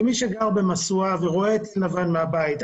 כמי שגר במשואה ורואה את לבן מהבית,